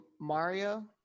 Mario